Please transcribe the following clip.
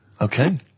Okay